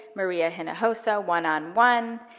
maria hinojosa one on one,